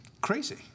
crazy